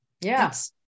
yes